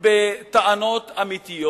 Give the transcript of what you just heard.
בטענות אמיתיות.